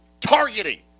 targeting